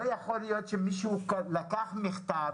לא יכול להיות שמישהו לקח מכתב,